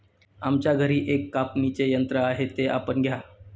आमच्या घरी एक कापणीचे यंत्र आहे ते आपण घ्या